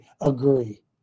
agree